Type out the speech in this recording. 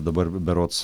dabar berods